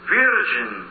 virgin